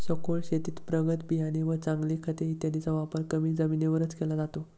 सखोल शेतीत प्रगत बियाणे व चांगले खत इत्यादींचा वापर कमी जमिनीवरच केला जातो